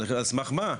על סמך מה?